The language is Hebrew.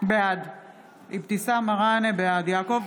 בעד יעקב